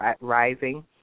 rising